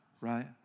right